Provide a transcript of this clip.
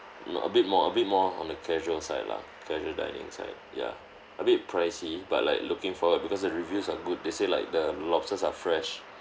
no a bit more a bit more on a casual side lah casual dining side ya a bit pricey but like looking forward because the reviews are good they say like the lobsters are fresh